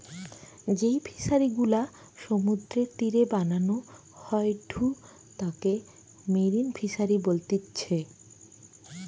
যেই ফিশারি গুলা সমুদ্রের তীরে বানানো হয়ঢু তাকে মেরিন ফিসারী বলতিচ্ছে